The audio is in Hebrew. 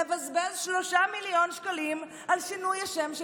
לבזבז 3 מיליון שקלים על שינוי השם של